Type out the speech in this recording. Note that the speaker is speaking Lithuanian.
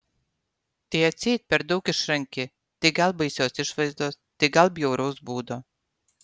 tai atseit per daug išranki tai gal baisios išvaizdos tai gal bjauraus būdo